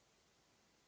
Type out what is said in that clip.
Hvala.